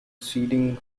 seating